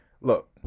look